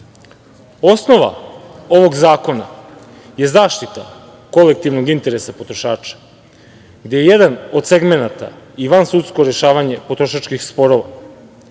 ovog zakona je zaštita kolektivnog interesa potrošača, gde je jedan od segmenata i vansudsko rešavanje potrošačkih sporova.